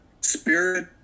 spirit